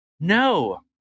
No